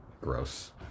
Gross